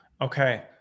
Okay